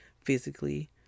Physically